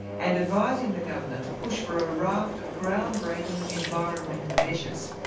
and advising the governor to push for a raft of ground-breaking environmental measures.